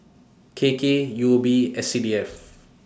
K K U B and C D F